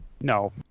no